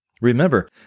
Remember